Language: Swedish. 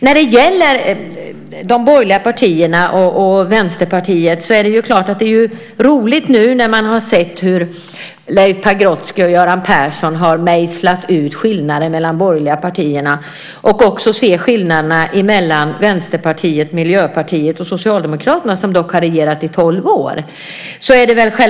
När det gäller de borgerliga partierna och Vänsterpartiet är det klart att det är roligt nu när man har sett hur Leif Pagrotsky och Göran Persson har mejslat ut skillnaden mellan de borgerliga partierna att också se skillnaderna mellan Vänsterpartiet, Miljöpartiet och Socialdemokraterna som dock har regerat i tolv år.